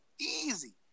easy